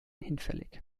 hinfällig